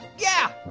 yeah,